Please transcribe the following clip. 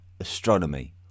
astronomy